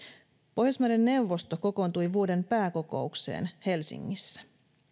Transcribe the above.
pohjoismaiden neuvosto kokoontui vuoden pääkokoukseen helsingissä